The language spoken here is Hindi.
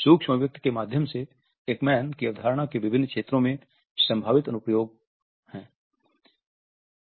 सूक्ष्म अभिव्यक्ति के माध्यम से एकमैन की अवधारणा के विभिन्न क्षेत्रों में संभावित अनुप्रयोग हैं